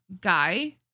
guy